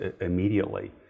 immediately